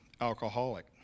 alcoholic